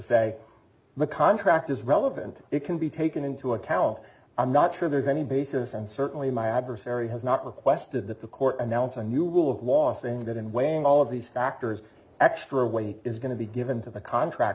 say the contract is relevant it can be taken into account i'm not sure there's any basis and certainly my adversary has not requested that the court announce a new rule of law saying that in weighing all of these factors extra weight is going to be given to the contract